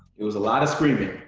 it was a lot of screaming.